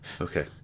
Okay